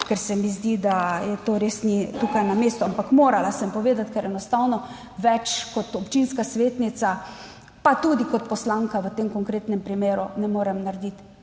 ker se mi zdi, da je to res, ni tukaj na mestu. Ampak morala sem povedati, ker enostavno več kot občinska svetnica, pa tudi kot poslanka v tem konkretnem primeru ne morem narediti.